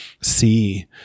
see